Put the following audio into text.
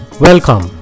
Welcome